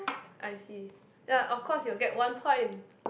I see ya of course you will get one point